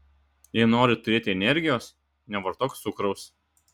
jei nori turėti energijos nevartok cukraus